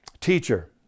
Teacher